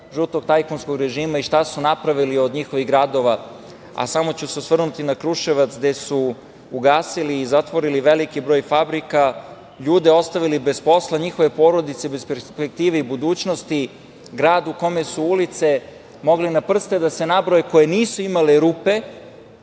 žutog tajkunskog režima i šta su napravili od njihovih gradova. Samo ću se osvrnuti na Kruševac, gde su ugasili i zatvorili veliki broj fabrika, ljude ostavili bez posla, njihove porodice bez perspektive i budućnosti. Grad u kome su ulice koje nisu imale rupe